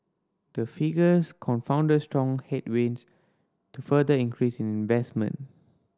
the figures confounded strong headwinds to further increase in investment